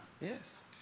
Yes